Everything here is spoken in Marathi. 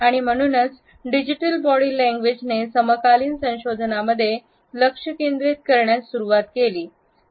आणि म्हणूनच डिजिटल बॉडी लँग्वेज ने समकालीन संशोधनामध्ये लक्ष केंद्रित करण्यास सुरवात केली